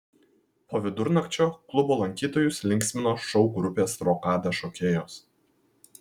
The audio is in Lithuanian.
po vidurnakčio klubo lankytojus linksmino šou grupės rokada šokėjos